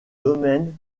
domaine